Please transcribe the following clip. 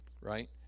Right